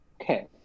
Okay